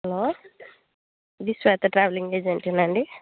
hello ఇది Shweta travelling agency అండి